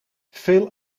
veel